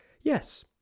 yes